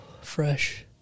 fresh